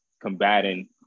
combating